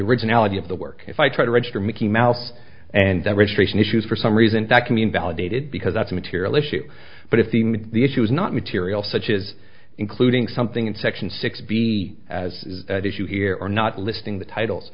originality of the work if i try to register mickey mouse and that registration issues for some reason that can be invalidated because of the material issue but if the issue is not material such as including something in section six be as issue here or not listing the titles